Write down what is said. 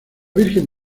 virgen